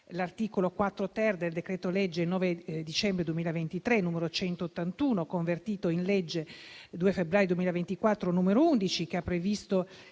l'articolo 4-*ter* del decreto-legge 9 dicembre 2023, n. 181, convertito nella legge 2 febbraio 2024, n. 11, che ha previsto